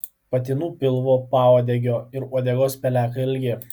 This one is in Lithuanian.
patinų pilvo pauodegio ir uodegos pelekai ilgi